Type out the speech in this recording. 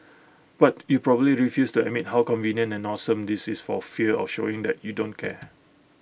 but you probably refuse to admit how convenient and awesome this is for fear of showing that you don't care